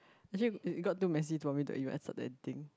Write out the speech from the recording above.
actually it got too messy for me to anything